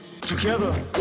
together